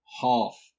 half